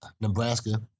Nebraska